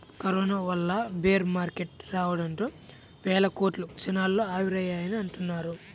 corona వల్ల bear market రావడంతో వేల కోట్లు క్షణాల్లో ఆవిరయ్యాయని అంటున్నారు